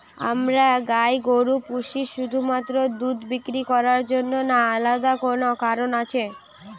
আমরা গাই গরু পুষি শুধুমাত্র দুধ বিক্রি করার জন্য না আলাদা কোনো কারণ আছে?